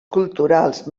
culturals